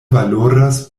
valoras